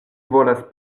volas